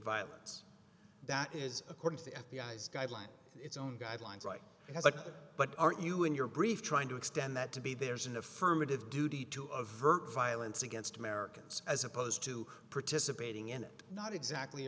violence that is according to the f b i s guidelines its own guidelines like it has a but aren't you in your brief trying to extend that to be there's an affirmative duty to avert violence against americans as opposed to participating in it not exactly